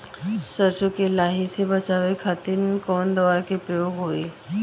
सरसो के लही से बचावे के खातिर कवन दवा के प्रयोग होई?